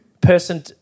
person